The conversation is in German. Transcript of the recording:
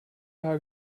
herr